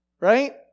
right